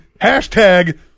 hashtag